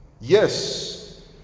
Yes